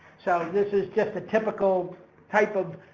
so, this is just a typical type of,